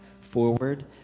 forward